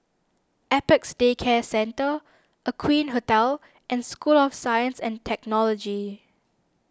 Apex Day Care Centre Aqueen Hotel and School of Science and Technology